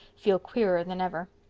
feel queerer than ever.